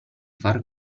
far